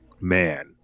man